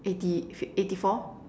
eighty eighty four